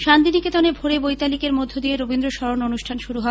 শান্তিনিকেতনে ভোরে বৈতালিকের মধ্য দিয়ে রবীন্দ্র স্মরণ অনুষ্ঠান শুরু হয়